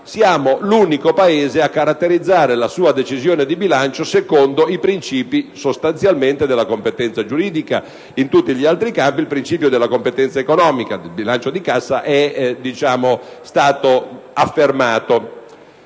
- è l'unico Paese a caratterizzare la propria decisione di bilancio sostanzialmente secondo i principi della competenza giuridica. In tutti gli altri campi il principio della competenza economica, del bilancio di cassa, è stato affermato.